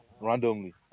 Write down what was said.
randomly